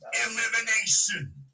elimination